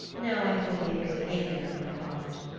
now i have only a great anger in my heart.